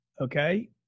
okay